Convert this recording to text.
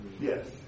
Yes